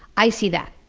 i see that.